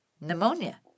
pneumonia